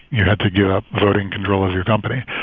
you had to give up voting control of your company.